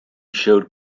showed